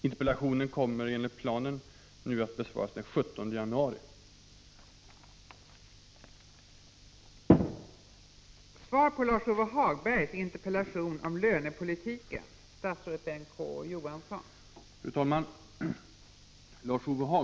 Interpellationen kommer enligt planen att besvaras den 17 januari 1986.